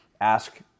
ask